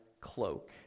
cloak